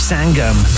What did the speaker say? Sangam